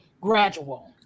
gradual